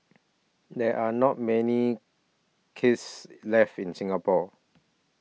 there are not many kiss left in Singapore